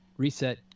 reset